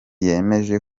yemeje